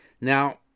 Now